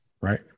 Right